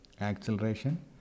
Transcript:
acceleration